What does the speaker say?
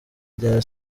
rya